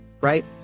right